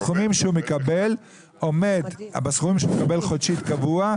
בסכומים שהוא מקבל חודשית באופן קבוע,